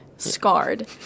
Scarred